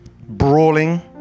brawling